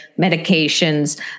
medications